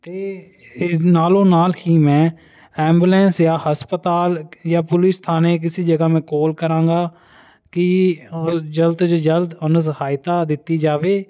ਤੇ ਇਸ ਨਾਲੋਂ ਨਾਲ ਹੀ ਮੈਂ ਐਂਬੂਲੈਂਸ ਜਾਂ ਹਸਪਤਾਲ ਜਾਂ ਪੁਲਿਸ ਥਾਣੇ ਕਿਸੀ ਜਗਾ ਮੈਂ ਕੌਲ ਕਰਾਂਗਾ ਕੀ ਜਲਦ ਤੋਂ ਜਲਦ ਉਹਨੂੰ ਸਹਾਇਤਾ ਦਿੱਤੀ ਜਾਵੇ